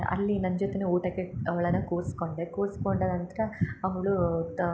ಅಲ್ಲಿ ನನ್ನ ಜೊತೆನೆ ಊಟಕ್ಕೆ ಅವ್ಳನ್ನ ಕೂರ್ಸ್ಕೊಂಡೆ ಕೂರ್ಸ್ಕೊಂಡ ನಂತರ ಅವಳು ತ